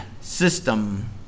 system